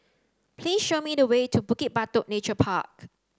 please show me the way to Bukit Batok Nature Park